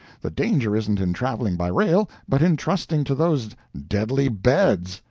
the danger isn't in traveling by rail, but in trusting to those deadly beds.